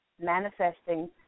manifesting